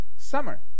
summer